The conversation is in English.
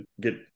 get